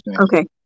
Okay